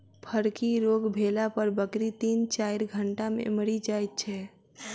फड़की रोग भेला पर बकरी तीन चाइर घंटा मे मरि जाइत छै